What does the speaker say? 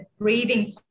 breathing